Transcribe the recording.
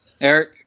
Eric